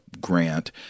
Grant